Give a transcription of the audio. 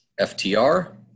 FTR